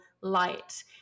light